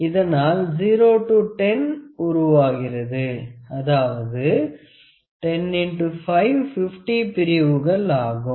இதனால் 0 to 10 உருவாகிறது அதாவது 10 X 5 50 பிரிவுகள் ஆகும்